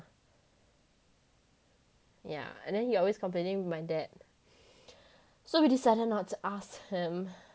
yeah and then he always complaining with my dad so we decided not to ask him